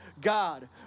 God